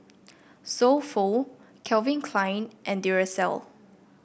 So Pho Calvin Klein and Duracell